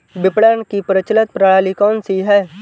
विपणन की प्रचलित प्रणाली कौनसी है?